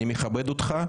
אני מכבד אותך,